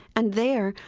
and there,